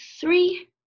three